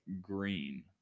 green